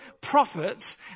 prophets